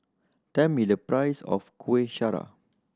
tell me the price of Kuih Syara